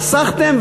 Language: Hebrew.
חסכתם,